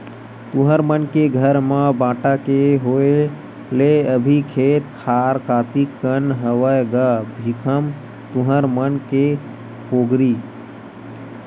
तुँहर मन के घर म बांटा के होय ले अभी खेत खार कतिक कन हवय गा भीखम तुँहर मन के पोगरी?